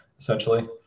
essentially